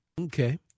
Okay